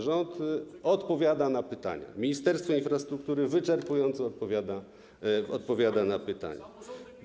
Rząd odpowiada na pytania, Ministerstwo Infrastruktury wyczerpująco odpowiada na pytania.